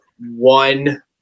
one